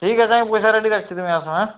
ঠিক আছে আমি পয়সা রেডি রাখছি তুমি আসো হ্যাঁ